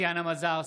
טטיאנה מזרסקי,